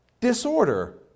Disorder